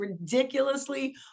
ridiculously